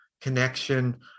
connection